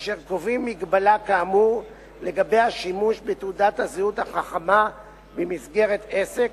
אשר קובעים מגבלה כאמור לגבי השימוש בתעודת הזהות החכמה במסגרת עסק,